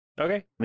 Okay